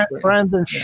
Brandon